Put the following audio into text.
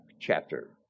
chapter